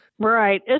Right